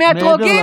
את הרבה מעבר לזמן.